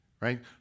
Right